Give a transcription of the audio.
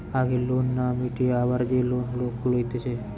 আগের লোন না মিটিয়ে আবার যে লোন লোক লইতেছে